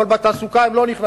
אבל בתעסוקה הם לא נכנסים,